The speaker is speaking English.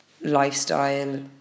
lifestyle